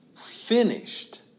finished